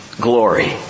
glory